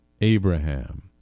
Abraham